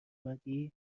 محمدی